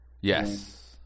Yes